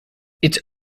its